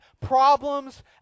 problems